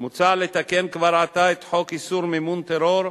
מוצע לתקן כבר עתה את חוק איסור מימון טרור,